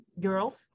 girls